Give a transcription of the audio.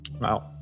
Wow